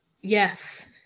yes